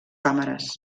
càmeres